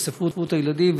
בספרות הילדים,